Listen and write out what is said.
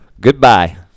Goodbye